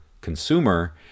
consumer